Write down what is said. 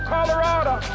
Colorado